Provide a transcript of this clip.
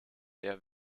der